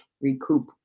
recoup